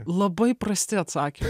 labai prasti atsakym